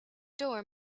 door